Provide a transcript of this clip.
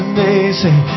Amazing